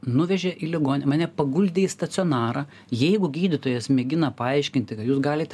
nuvežė į ligoninę mane paguldė į stacionarą jeigu gydytojas mėgina paaiškinti kad jūs galite